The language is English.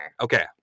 Okay